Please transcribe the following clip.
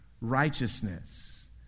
righteousness